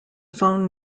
phone